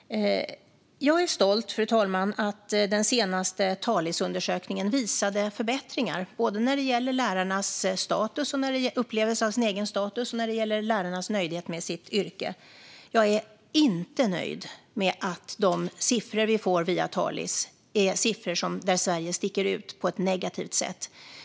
Fru talman! Jag är stolt över att den senaste Talisundersökningen visade förbättringar både när det gäller lärarnas upplevelse av sin status och när det gäller lärarnas nöjdhet med sitt yrke. Jag är inte nöjd med att de siffror vi får via Talis är siffror där Sverige sticker ut på ett negativt sätt.